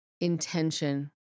intention